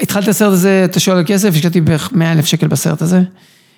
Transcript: התחלתי את סרט הזה, אתה שואל על כסף, השקעתי בערך מאה אלף שקל בסרט הזה.